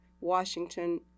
Washington